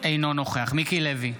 אינו נוכח מיקי לוי,